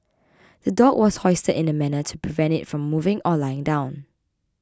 the dog was hoisted in a manner to prevent it from moving or lying down